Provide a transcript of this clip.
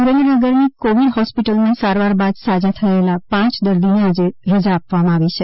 સુરેન્દ્રનગરની Covid હોસ્પિટલમાં સારવાર બાદ સાજા થયેલા પાંચ દર્દીને આજે રજા આપવામાં આવી છે